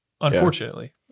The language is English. unfortunately